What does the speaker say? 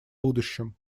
будущем